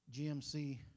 GMC